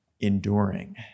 enduring